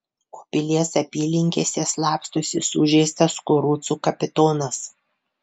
o pilies apylinkėse slapstosi sužeistas kurucų kapitonas